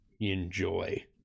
Enjoy